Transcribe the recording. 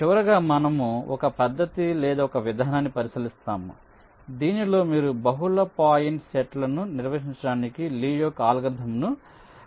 చివరగా మనము ఒక పద్ధతి లేదా ఒక విధానాన్ని పరిశీలిస్తాము దీనిలో మీరు బహుళ పాయింట్ నెట్లను నిర్వహించడానికి లీ యొక్క అల్గోరిథంను విస్తరించవచ్చు